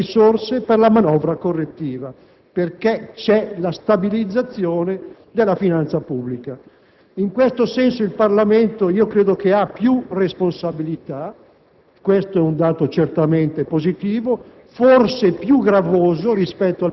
economiche, viene meno l'assillo del reperimento delle risorse per la manovra correttiva, perché c'è la stabilizzazione della finanza pubblica. In questo senso credo che il Parlamento abbia più responsabilità,